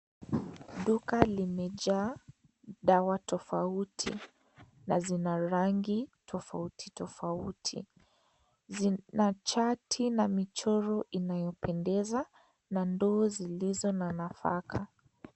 Duka limejaa dawa tofauti na zina rangi tofauti tofauti zina chati na michoro inayopendeza na ndoo zilizo na nafaka .